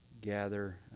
gather